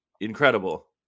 incredible